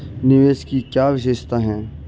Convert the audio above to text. निवेश की क्या विशेषता है?